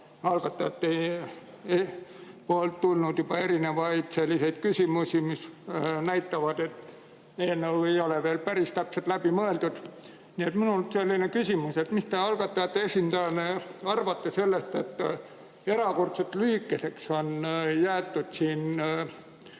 algatajatelt tulnud juba selliseid küsimusi, mis näitavad, et eelnõu ei ole veel päris täpselt läbi mõeldud. Nii et mul on selline küsimus: mis te algatajate esindajana arvate sellest, et erakordselt lühikeseks on jäetud siin